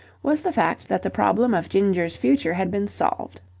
was the fact that the problem of ginger's future had been solved.